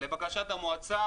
לבקשת המועצה.